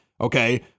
okay